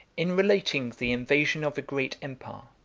in relating the invasion of a great empire,